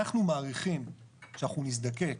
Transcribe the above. אנחנו מעריכים שאנחנו נזדקק,